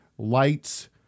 Lights